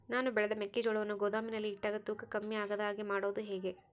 ನಾನು ಬೆಳೆದ ಮೆಕ್ಕಿಜೋಳವನ್ನು ಗೋದಾಮಿನಲ್ಲಿ ಇಟ್ಟಾಗ ತೂಕ ಕಮ್ಮಿ ಆಗದ ಹಾಗೆ ಮಾಡೋದು ಹೇಗೆ?